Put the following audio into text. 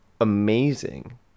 amazing